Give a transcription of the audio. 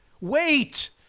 Wait